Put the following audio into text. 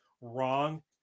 wrong